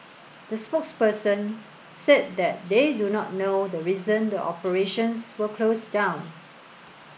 the spokesperson said that they do not know the reason the operations were closed down